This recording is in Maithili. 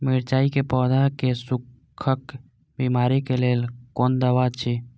मिरचाई के पौधा के सुखक बिमारी के लेल कोन दवा अछि?